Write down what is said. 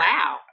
Wow